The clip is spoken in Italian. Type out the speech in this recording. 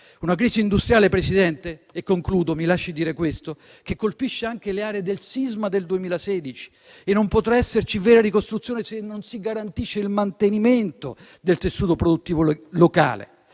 Una crisi industriale, Presidente, mi lasci dire anche questo, che colpisce le aree del sisma del 2016. Non potrà esserci vera ricostruzione, se non si garantisce il mantenimento del tessuto produttivo locale.